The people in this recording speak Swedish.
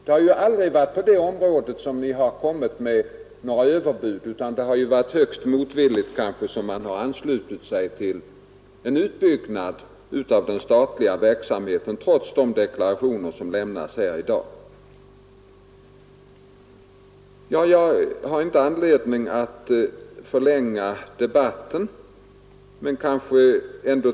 Det har ju aldrig varit på det området som ni har kommit med överbud, utan det har ju varit högst motvilligt ni har anslutit er till en utbyggnad av den statliga verksamheten, trots de deklarationer som lämnats här i dag. Jag har inte anledning att förlänga debatten.